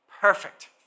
Perfect